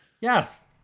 Yes